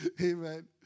Amen